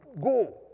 go